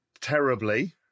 terribly